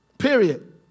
Period